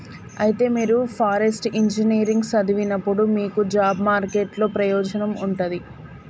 అయితే మీరు forest engineering సదివినప్పుడు మీకు జాబ్ మార్కెట్ లో ప్రయోజనం ఉంటది